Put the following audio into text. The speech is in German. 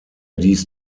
dies